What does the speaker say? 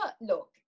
look